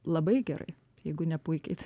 labai gerai jeigu ne puikiai tai